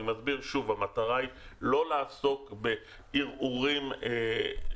אני מסביר שוב שהמטרה היא לא לעסוק בערעורים שאינם